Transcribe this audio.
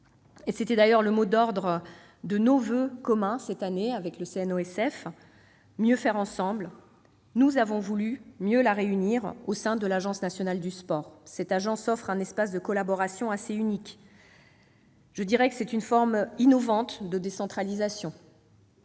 c'était d'ailleurs le mot d'ordre de nos voeux communs cette année avec le CNOSF : mieux faire ensemble -mieux la réunir au sein de l'Agence nationale du sport. Cette agence offre un espace de collaboration assez unique. Je dirai que c'est une forme innovante de décentralisation.